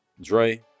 Dre